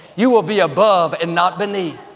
you will be above and not beneath.